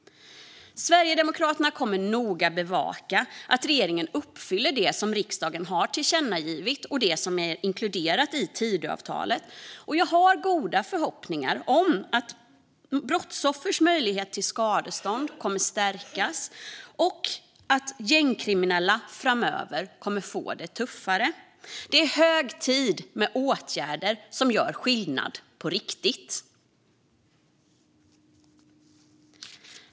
Sverigedemokraterna kommer att noga bevaka att regeringen uppfyller det som riksdagen tillkännagivit och det som är inkluderat i Tidöavtalet. Jag har goda förhoppningar om att brottsoffers möjlighet till skadestånd kommer att stärkas och att gängkriminella kommer att få det tuffare framöver. Det är hög tid för åtgärder som gör skillnad på riktigt.